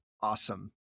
Awesome